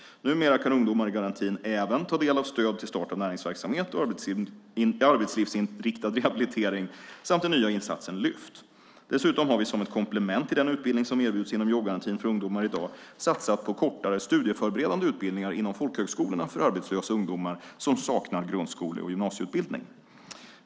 Numera kan ungdomar i garantin även ta del av stöd till start av näringsverksamhet och arbetslivsinriktad rehabilitering samt den nya insatsen Lyft. Dessutom har vi, som ett komplement till den utbildning som erbjuds inom jobbgarantin för ungdomar i dag, satsat på kortare, studieförberedande utbildningar inom folkhögskolorna för arbetslösa ungdomar som saknar grundskole eller gymnasieutbildning.